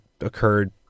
occurred